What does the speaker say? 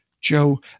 Joe